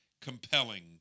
compelling